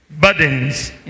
burdens